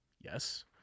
Yes